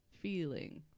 feeling